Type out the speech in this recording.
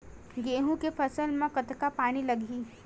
गेहूं के फसल म कतका पानी लगही?